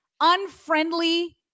unfriendly